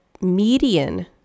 median